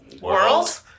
World